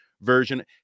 version